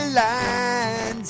lines